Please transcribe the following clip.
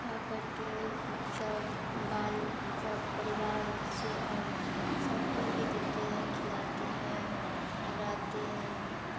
खा कर के सब बाल सब परिवार बच्चे और सब को भी देते हैं खिलते हैं और रहते हैं रहते हैं